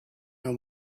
know